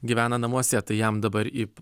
gyvena namuose tai jam dabar į